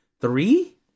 Three